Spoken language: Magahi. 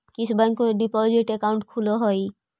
किस बैंक में डिपॉजिट अकाउंट खुलअ हई